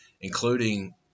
including